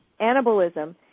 Anabolism